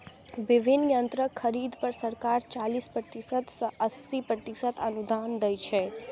विभिन्न यंत्रक खरीद पर सरकार चालीस प्रतिशत सं अस्सी प्रतिशत अनुदान दै छै